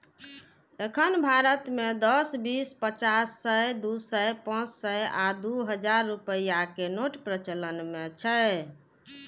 एखन भारत मे दस, बीस, पचास, सय, दू सय, पांच सय आ दू हजार रुपैया के नोट प्रचलन मे छै